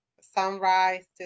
sunrise